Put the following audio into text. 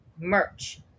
merch